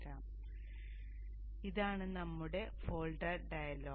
അതിനാൽ ഇതാണ് നമ്മുടെ ഫോൾഡർ ഡയലോഗ്